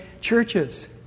churches